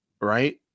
right